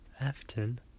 Afton